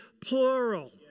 plural